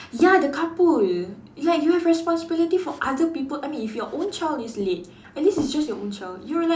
ya the couple will you like you have responsibility for other people I mean if your own child is late at least it's just your own child you're like